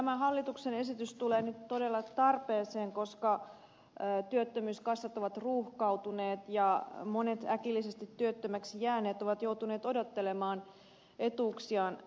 tämä hallituksen esitys tulee nyt todella tarpeeseen koska työttömyyskassat ovat ruuhkautuneet ja monet äkillisesti työttömäksi jääneet ovat joutuneet odottelemaan etuuksiaan